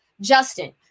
Justin